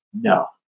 No